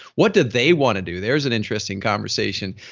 what did they want to do? there's an interesting conversation.